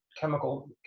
chemical